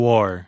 War